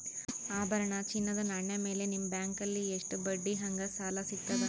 ಆಭರಣ, ಚಿನ್ನದ ನಾಣ್ಯ ಮೇಲ್ ನಿಮ್ಮ ಬ್ಯಾಂಕಲ್ಲಿ ಎಷ್ಟ ಬಡ್ಡಿ ಹಂಗ ಸಾಲ ಸಿಗತದ?